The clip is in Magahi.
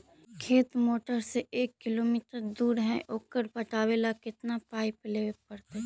खेत मोटर से एक किलोमीटर दूर है ओकर पटाबे ल केतना पाइप लेबे पड़तै?